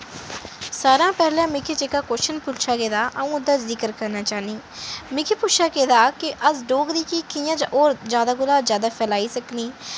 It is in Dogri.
सारें शा पैह्लें मिगी जेह्का क्वश्चन पुच्छेआ गेदा ऐ अ'ऊं ओह्दा जिक्र करना चाह्न्नीं मिगी पुच्छेआ गेदा ऐ कि अस डोगरी गी कि'यां होर जैदा कोला जैदा फैलाई सकने